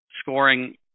scoring